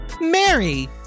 Mary